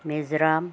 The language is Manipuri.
ꯃꯤꯖꯣꯔꯥꯝ